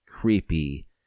creepy